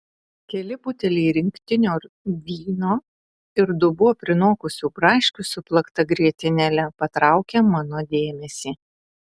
keli buteliai rinktinio vyno ir dubuo prinokusių braškių su plakta grietinėle patraukia mano dėmesį